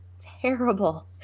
terrible